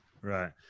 Right